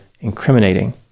incriminating